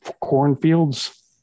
cornfields